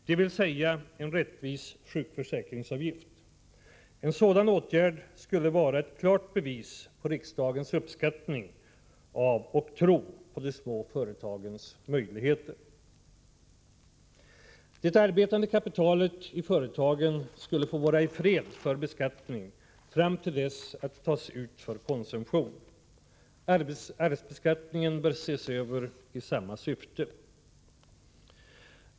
Sjukförsäkringsavgiften blir därmed rättvis. En sådan åtgärd skulle vara ett klart bevis på riksdagens uppskattning av och tro på de små företagens möjligheter. Det arbetande kapitalet i företagen skulle få vara i fred för beskattning fram till dess att det tas ut för konsumtion. Arvsbeskattningen bör ses över i samma syfte.